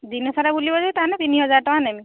ଦିନସାରା ବୁଲିବ ଯଦି ତା'ହେଲେ ତିନିହଜାର ଟଙ୍କା ନେମି